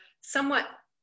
somewhat